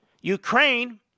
Ukraine